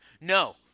No